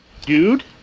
Dude